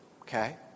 okay